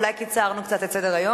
אולי קיצרנו קצת את סדר-היום.